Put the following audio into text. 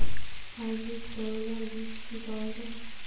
Hybrid করলার বীজ কি পাওয়া যায়?